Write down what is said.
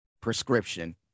prescription